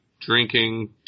drinking